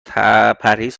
پرهیز